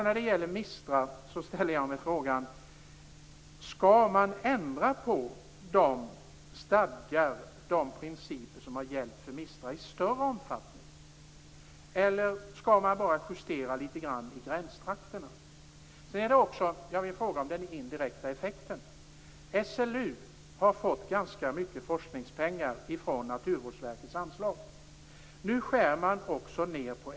När det gäller MISTRA ställer jag mig frågan: Skall man i större omfattning ändra på de stadgar och principer som gällt för MISTRA eller skall man bara justera litet grand i gränstrakterna? Jag har en fråga om den indirekta effekten. SLU har fått ganska mycket forskningspengar från Naturvårdsverkets anslag. Nu skär man också ned på SLU.